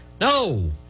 No